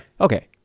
Okay